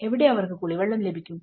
എവിടെ അവർക്ക് കുടിവെള്ളം ലഭിക്കും